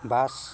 bus